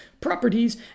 properties